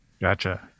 Gotcha